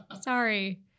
Sorry